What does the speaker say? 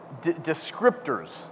descriptors